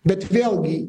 bet vėlgi